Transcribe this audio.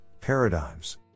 paradigms